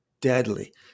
deadly